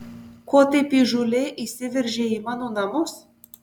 ko taip įžūliai įsiveržei į mano namus